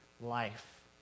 life